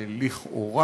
שלכאורה